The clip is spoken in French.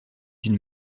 d’une